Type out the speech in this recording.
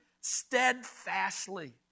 steadfastly